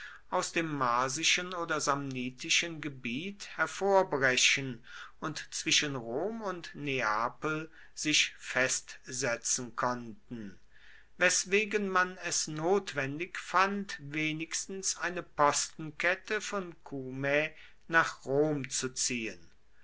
aus dem marsischen oder samnitischen gebiet hervorbrechen und zwischen rom und neapel sich festsetzen konnten weswegen man es notwendig fand wenigstens eine postenkette von cumae nach rom zu ziehen